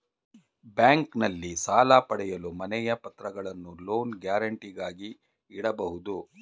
ಬ್ಯಾಂಕ್ನಲ್ಲಿ ಸಾಲ ಪಡೆಯಲು ಮನೆಯ ಪತ್ರಗಳನ್ನು ಲೋನ್ ಗ್ಯಾರಂಟಿಗಾಗಿ ಇಡಬಹುದು